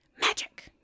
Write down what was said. Magic